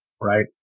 Right